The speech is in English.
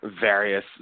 various